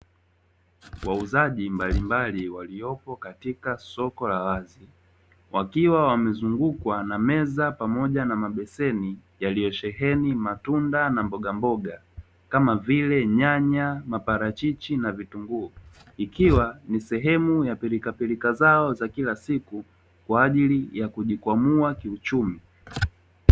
Wazaji mbalimbali waliopo katika soko la wazi, wakiwa wamezungukwa na meza pamoja na mabeseni yaliyo sheheni matunda na mbogamboga kama vile nyanya, maparachich na vitunguu ikiwa ni sehemu za pilikapilika zao za kila siku kwa ajili ya kujikwamua kiuchumi.